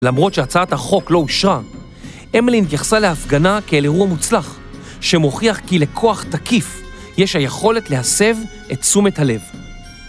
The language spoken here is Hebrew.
למרות שהצעת החוק לא הושרה, אמלינק יחסה להפגנה כאל ארוע מוצלח, שמוכיח כי לכוח תקיף יש היכולת להסב את תשומת הלב.